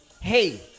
hey